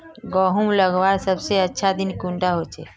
गहुम लगवार सबसे अच्छा दिन कुंडा होचे?